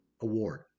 award